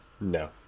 no